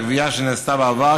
הגבייה שנעשתה בעבר,